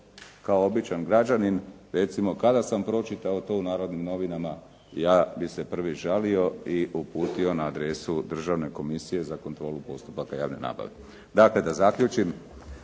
Kao običan građanin recimo kada sam pročitao to u "Narodnim novinama" ja bih se prvi žalio i uputio na adresu Državne komisije za kontrolu postupaka javne nabave. Dakle, da zaključim.